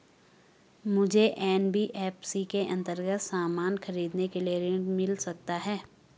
मुझे एन.बी.एफ.सी के अन्तर्गत सामान खरीदने के लिए ऋण मिल सकता है?